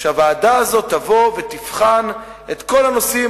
והוועדה הזאת תבוא ותבחן את כל הנושאים,